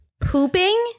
pooping